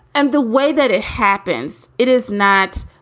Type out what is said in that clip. and the way that it happens, it is not